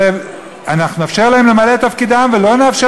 אנחנו נאפשר להם למלא את תפקידם ולא נאפשר